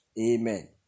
Amen